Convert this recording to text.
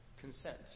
Consent